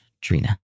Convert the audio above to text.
Trina